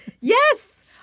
Yes